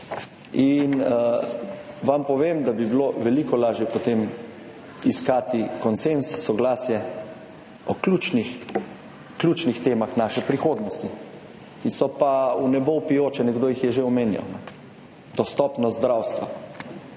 Vam povem, da bi bilo veliko lažje potem iskati konsenz, soglasje o ključnih temah naše prihodnosti, ki so pa v nebo vpijoče. Nekdo jih je že omenjal: dostopnost zdravstva,